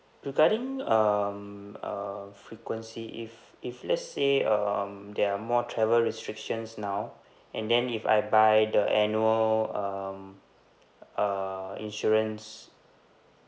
regarding um uh frequency if if let's say um there are more travel restrictions now and then if I buy the annual um uh insurance